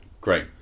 Great